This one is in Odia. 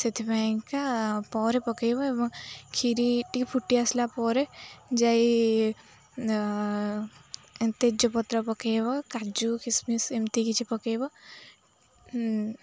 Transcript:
ସେଥିପାଇଁକା ପରେ ପକେଇବ ଏବଂ କ୍ଷୀରି ଟିକେ ଫୁଟି ଆସିଲା ପରେ ଯାଇ ତେଜପତ୍ର ପକେଇବ କାଜୁ କିସମିସ୍ ଏମିତି କିଛି ପକେଇବ